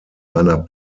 einer